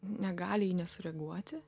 negali į jį nesureaguoti